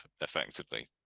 effectively